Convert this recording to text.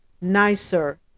nicer